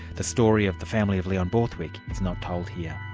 the story of the family of leon borthwick is not told here.